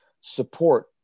support